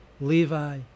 Levi